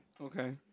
Okay